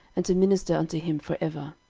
and to minister unto him for ever.